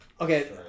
Okay